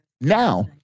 now